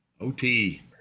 OT